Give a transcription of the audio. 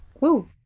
Woo